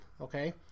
okay